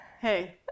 Hey